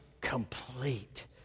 complete